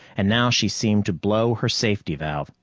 and now she seemed to blow her safety valve.